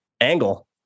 angle